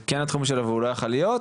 כן התחום שלו והוא לא היה יכול להיות?